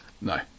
No